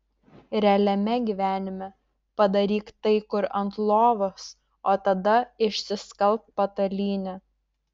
realiame gyvenime padaryk tai kur ant lovos o tada išsiskalbk patalynę